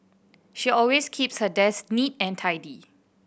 she always keeps her desk neat and tidy